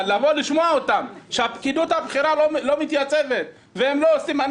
אבל לשמוע אותם שהפקידות הבכירה לא מתייצבת והם לא עושים אני